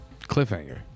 cliffhanger